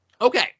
Okay